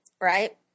right